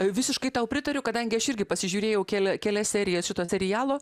visiškai tau pritariu kadangi aš irgi pasižiūrėjau kelia kelias serijas šito serialo